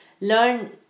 learn